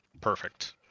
perfect